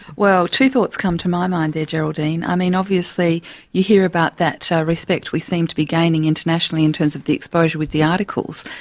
well, two thoughts come to my mind there, geraldine. i mean, obviously you hear about that respect we seem to be gaining internationally in terms of the exposure with the articles.